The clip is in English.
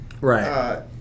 Right